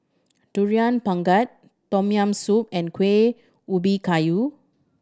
Durian Pengat Tom Yam Soup and Kueh Ubi Kayu